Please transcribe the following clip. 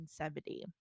1970